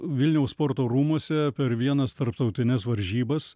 vilniaus sporto rūmuose per vienas tarptautines varžybas